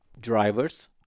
drivers